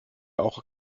auch